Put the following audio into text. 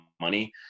money